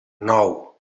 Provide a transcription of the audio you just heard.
nou